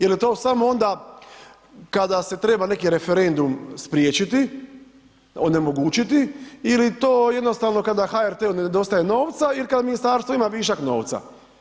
Ili je to samo onda kada se treba neki referendum spriječiti, onemogućiti ili to jednostavno kada HRT-u nedostaje novca ili kad ministarstvo ima višak novca?